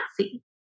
see